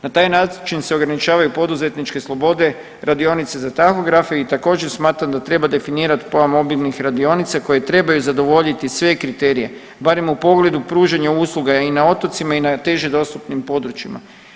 Na taj način se ograničavaju poduzetničke slobode radionice za tahografe i također smatram da treba definirati pojam obilnih radionica koje trebaju zadovoljiti sve kriterije barem u pogledu pružanja usluga i na otocima i na teže dostupnim područjima.